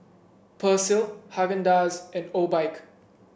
Persil Haagen Dazs and Obike